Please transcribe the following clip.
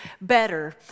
better